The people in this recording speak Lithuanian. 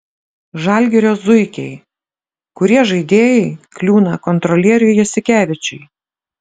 žalgirio zuikiai kurie žaidėjai kliūna kontrolieriui jasikevičiui